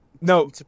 No